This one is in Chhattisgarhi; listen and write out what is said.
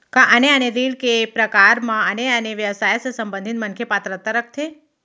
का आने आने ऋण के प्रकार म आने आने व्यवसाय से संबंधित मनखे पात्रता रखथे?